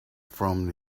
from